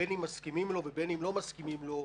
בין אם מסכימים לו ובין אם לא מסכימים לו.